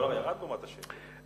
הדולר ירד לעומת השקל.